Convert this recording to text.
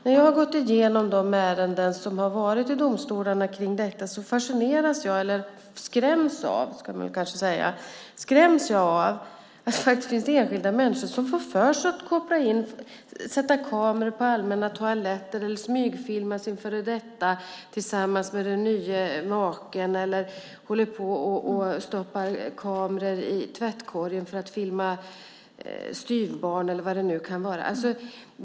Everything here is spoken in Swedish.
När jag har gått igenom de ärenden som har varit uppe i domstolarna om detta skräms jag av att det finns enskilda människor som får för sig att sätta kameror på allmänna toaletter, smygfilma sin före detta tillsammans med den nye maken, stoppa kameror i tvättkorgen för att filma styvbarn eller vad det kan vara.